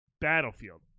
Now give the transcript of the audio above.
Battlefield